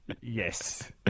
Yes